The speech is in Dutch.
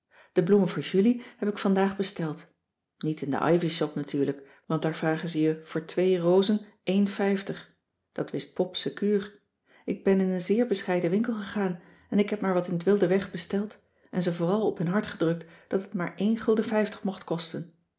de bloemen voor julie heb ik vandaag besteld niet in de ivy shop natuurlijk want daar vragen ze je voor twee rozen een vijftig dat wist pop secuur ik ben in een zeer bescheiden winkel gegaan en ik heb maar wat in t wilde weg besteld en ze vooral op hun hart gedrukt dat het maar een gulden vijftig mocht kosten